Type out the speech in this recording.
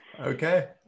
Okay